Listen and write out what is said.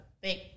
big